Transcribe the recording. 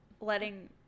letting